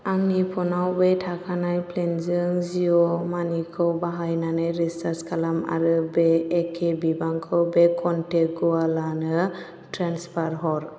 आंनि फ'नाव बे थाखानाय प्लेनजों जिय' मानिखौ बाहायनानै रिसार्ज खालाम आरो बे एखे बिबांखौ बे कनटेक्ट गुवालानो ट्रेन्सफार हर